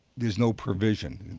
there's no provision,